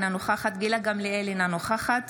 אינה נוכחת